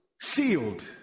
sealed